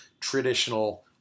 traditional